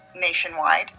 nationwide